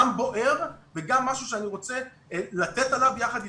גם בוער וגם משהו שאני רוצה לתת עליו יחד אתכם,